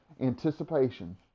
anticipation